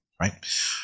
right